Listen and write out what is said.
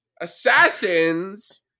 Assassin's